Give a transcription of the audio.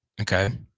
Okay